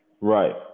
right